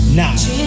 now